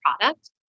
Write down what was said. product